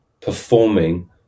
performing